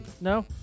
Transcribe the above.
No